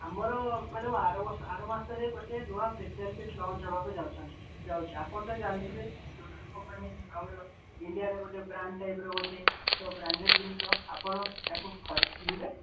ଆମର ମ୍ୟାଡ଼ାମ୍ ଆର ବର୍ଷ ଆର ମାସରେ ଗୋଟେ ନୂଆ ଫେସିଆଲ୍ କିଟ୍ ଲଞ୍ଚ୍ ହେବାକୁ ଯାଉଛନ୍ତି ଯାଉଛି ଆପଣ ତ ଜାଣିଥିବେ ଲୋଟସ୍ କମ୍ପାନୀ ଆମର ଇଣ୍ଡିଆରେ ଗୋଟେ ବ୍ରାଣ୍ଡ୍ ଟାଇପ୍ର ଗୋଟେ ତ ବ୍ରାଣ୍ଡେଡ଼୍ ଜିନିଷ ଆପଣ ଏହାକୁ କିଣିବେ